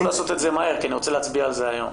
תנסו לעשות את זה מהר כי אני רוצה להצביע על זה היום.